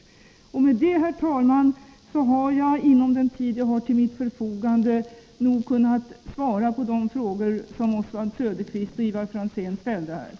Måndagen den Med detta, herr talman, har jag inom den tid jag hade till mitt förfogande 24 oktober 1983 kunnat svara på de frågor som Oswald Söderqvist och Ivar Franzén ställde.